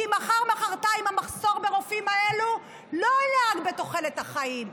כי מחר-מוחרתיים המחסור ברופאים האלו לא יעלה רק בתוחלת החיים,